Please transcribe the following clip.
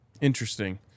interesting